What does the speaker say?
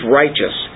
righteous